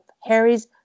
Harry's